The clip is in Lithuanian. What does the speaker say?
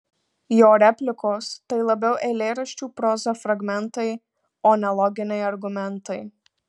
jo replikos tai labiau eilėraščių proza fragmentai o ne loginiai argumentai